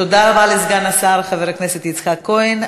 תודה רבה לסגן השר חבר הכנסת יצחק כהן.